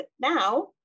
now